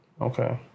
Okay